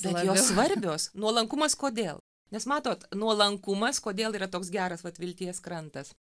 bet jos svarbios nuolankumas kodėl nes matot nuolankumas kodėl yra toks geras vat vilties krantas